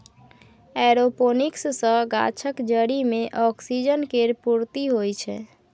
aeroponics सँ गाछक जरि मे ऑक्सीजन केर पूर्ती होइ छै